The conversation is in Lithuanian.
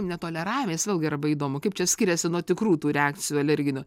netoleravęs vėlgi labai įdomu kaip čia skiriasi nuo tikrų tų reakcijų alerginių